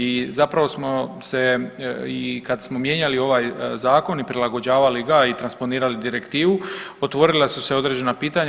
I zapravo smo se i kad smo mijenjali ovaj zakon i prilagođavali ga i transponirali direktivu otvorila su se određena pitanja.